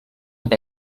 amb